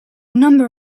number